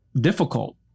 difficult